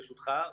ברשותך,